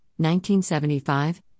1975